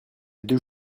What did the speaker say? deux